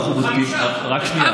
אנחנו בודקים, רק שנייה,